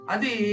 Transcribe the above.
Adi